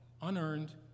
unearned